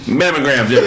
mammograms